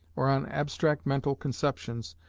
or on abstract mental conceptions,